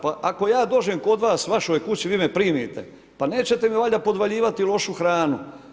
Pa ako ja dođem kod vas vašoj kući, vi me primite, pa nećete mi valjda podvaljivati lošu hranu.